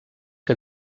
que